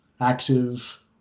active